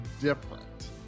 different